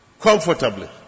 comfortably